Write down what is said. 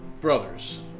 brothers